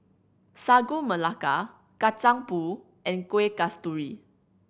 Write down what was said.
Sagu Melaka Kacang Pool and Kueh Kasturi